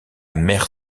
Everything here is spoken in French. maire